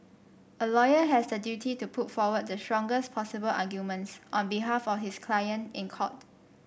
a lawyer has the duty to put forward the strongest possible arguments on behalf of his client in court